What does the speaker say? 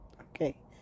okay